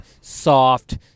soft